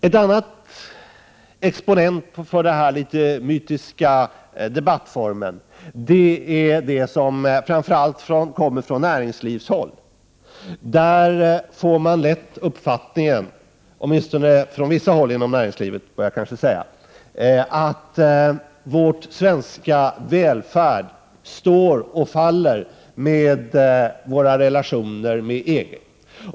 En annan exponent för denna litet mytiska form av debatt kommer framför allt från näringslivet — åtminstone från vissa håll inom näringslivet, bör jag kanske säga. Man får lätt det intrycket att vår svenska välfärd står och faller med våra relationer till EG.